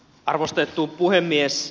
arvostettu puhemies